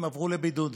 עברו לבידוד.